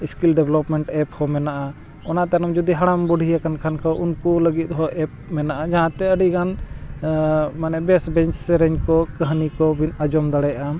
skill development app ᱦᱚᱸ ᱢᱮᱱᱟᱜᱼᱟ ᱚᱱᱟ ᱛᱟᱭᱱᱚᱢ ᱡᱩᱫᱤ ᱦᱟᱲᱟᱢ ᱵᱩᱰᱷᱤ ᱟᱠᱟᱱ ᱠᱷᱟᱱ ᱠᱚ ᱩᱱᱠᱩ ᱞᱟᱹᱜᱤᱫ ᱦᱚᱸ ᱮᱯ ᱢᱮᱱᱟᱜᱼᱟ ᱡᱟᱦᱟᱸᱛᱮ ᱟᱹᱰᱤᱜᱟᱱ ᱢᱟᱱᱮ ᱵᱮᱥ ᱵᱮᱥ ᱥᱮᱨᱮᱧ ᱠᱚ ᱠᱟᱹᱦᱱᱤ ᱠᱚᱵᱤᱱ ᱟᱸᱡᱚᱢ ᱫᱟᱲᱮᱭᱟᱜᱼᱟ